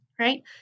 right